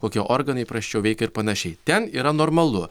kokie organai prasčiau veikia ir panašiai ten yra normalu